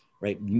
Right